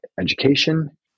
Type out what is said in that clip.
education